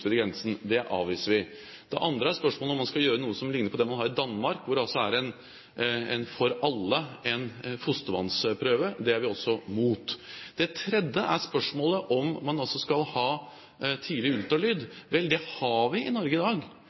grensen. Det avviser vi. Det andre er spørsmålet om man skal gjøre noe som likner på det man har i Danmark, hvor det er fostervannsprøve for alle. Det er vi også imot. Det tredje er spørsmålet om man skal ha tidlig ultralyd. Vel, det har vi i Norge i dag.